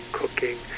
cooking